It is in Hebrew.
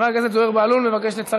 בעד, 48, אין נמנעים, אין מתנגדים.